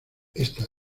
esta